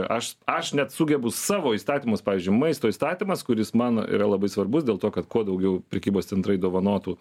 aš aš net sugebu savo įstatymus pavyzdžiui maisto įstatymas kuris man yra labai svarbus dėl to kad kuo daugiau prekybos centrai dovanotų